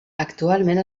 actualment